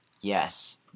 Yes